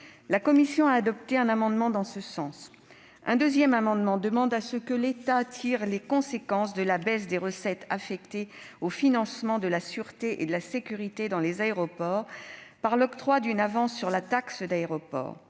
La commission a adopté un amendement en ce sens. Un deuxième amendement tend à ce que l'État tire les conséquences de la baisse des recettes affectées au financement de la sûreté et de la sécurité dans les aéroports, par l'octroi d'une avance sur la taxe d'aéroport.